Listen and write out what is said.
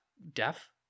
deaf